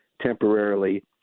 temporarily